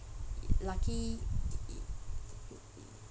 lucky